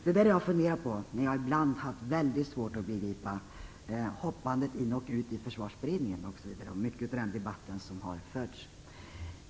Det här har jag funderat på när jag ibland haft väldigt svårt att begripa hoppandet in och ut i Försvarsberedningen och i den debatt som har förts.